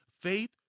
faith